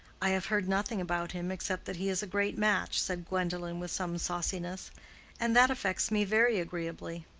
i have heard nothing about him except that he is a great match, said gwendolen, with some sauciness and that affects me very agreeably.